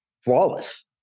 flawless